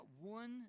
one